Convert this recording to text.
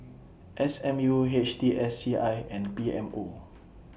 S M U H T S C I and P M O